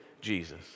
Jesus